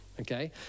Okay